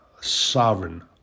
sovereign